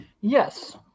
Yes